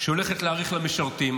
והולכת להאריך למשרתים.